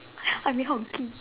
I mean